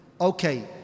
Okay